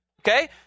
Okay